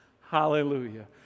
hallelujah